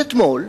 אז אתמול